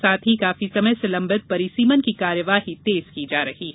साथ ही काफी समय से लंबित परिसीमन की कार्यवाही तेज की जा रही है